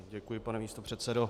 Děkuji, pane místopředsedo.